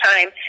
time